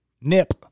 Nip